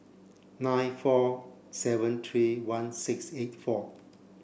nine four seven three one six eight four